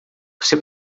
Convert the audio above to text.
você